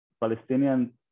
Palestinian